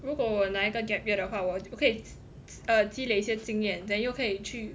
如果我拿一个 gap year 的话我可以 err 积累一些经验 then 又可以去